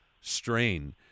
strain